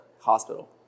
hospital